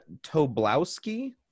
Toblowski